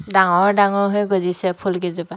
ডাঙৰ ডাঙৰ হৈ গজিছে ফুলগিজোপা